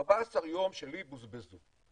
ה-14 יום שלי בוזבזו.